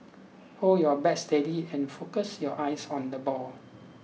hold your bat steady and focus your eyes on the ball